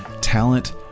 talent